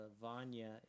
Vanya